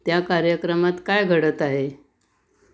त्या कार्यक्रमात काय घडत आहे